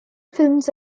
films